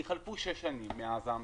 כי חלפו שש שנים מאז ההמלצות.